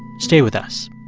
stay with us